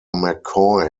mccoy